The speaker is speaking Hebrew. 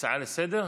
הצעה לסדר?